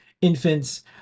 infants